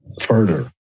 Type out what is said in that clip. further